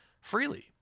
freely